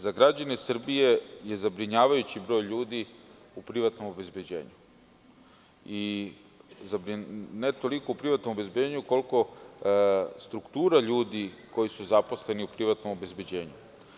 Za građane Srbije je zabrinjavajući broj ljudi u privatnom obezbeđenju, ne toliko u privatnom obezbeđenju, koliko struktura ljudi koji su zaposleni u privatnom obezbeđenju.